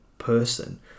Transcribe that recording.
person